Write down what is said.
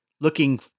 looking